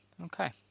Okay